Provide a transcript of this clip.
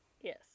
Yes